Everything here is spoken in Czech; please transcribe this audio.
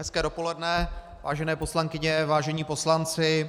Hezké dopoledne, vážené poslankyně, vážení poslanci.